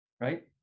right